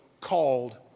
called